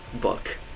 book